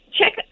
Check